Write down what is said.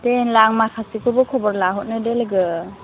दे होनब्ला आं माखासेखौबो खबर लाहरनि दे लोगो